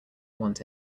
want